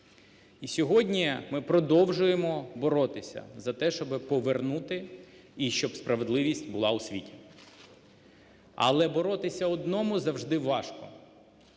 І сьогодні ми продовжуємо боротися за те, щоб повернути і щоб справедливість була у світі. Але боротися одному завжди важко,